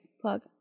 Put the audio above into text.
plug